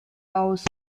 aus